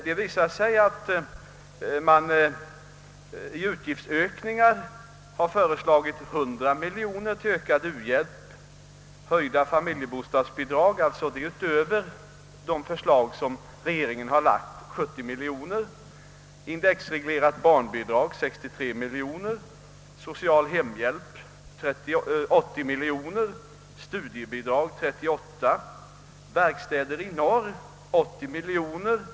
Det visar sig att man i utgiftsökningar har föreslagit till ökad u-hjälp 100 miljoner kronor, till höjda familjebostadsbidrag utöver de förslag som regeringen har framlagt 70 miljoner kronor, till indexreglerat barnbidrag 63 miljoner kronor, till social hemhjälp 80 miljoner kronor, till studiebidrag 38 miljoner kronor och till verkstäder i norr 80 miljoner kronor.